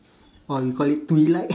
or you call it tweelight